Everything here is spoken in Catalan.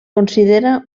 considera